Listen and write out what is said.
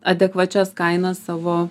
adekvačias kainas savo